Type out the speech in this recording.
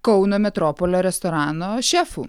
kauno metropolio restorano šefu